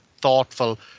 thoughtful